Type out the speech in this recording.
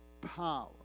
power